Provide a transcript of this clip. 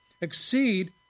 Exceed